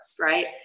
right